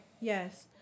Yes